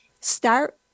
start